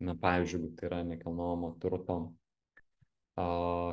na pavyzdžiui jeigu tai yra nekilnojamo turto a